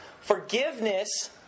Forgiveness